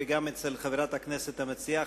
וגם אצל חברת הכנסת המציעה,